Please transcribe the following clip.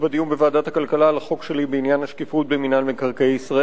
בוועדת הכלכלה על החוק שלי בעניין השקיפות במינהל מקרקעי ישראל.